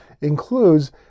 includes